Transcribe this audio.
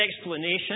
explanation